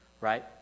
right